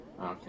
Okay